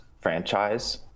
franchise